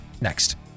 next